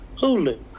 Hulu